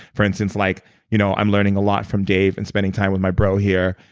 for instance, like you know i'm learning a lot from dave and spending time with my bro here,